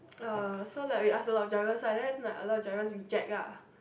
uh so like we ask a lot of drivers and then like a lot of driver reject ah